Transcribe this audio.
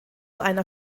einer